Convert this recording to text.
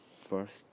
First